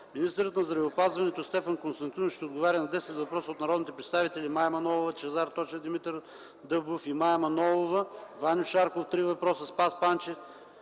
Министърът на здравеопазването Стефан Константинов ще отговори на десет въпроса от народните представители Мая Манолова, Лъчезар Тошев, Димитър Дъбов и Мая Манолова, Ваньо Шарков – три въпроса, Спас Панчев,